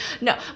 no